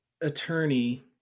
attorney